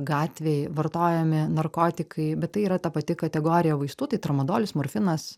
gatvėj vartojami narkotikai bet tai yra ta pati kategorija vaistų tai tramadolis morfinas